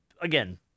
again